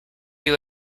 you